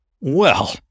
Well